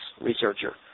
researcher